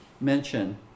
mention